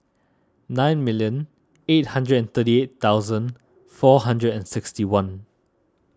nine million eight hundred and thirty eight thousand four hundred and sixty one